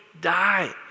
die